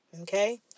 Okay